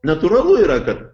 natūralu yra kad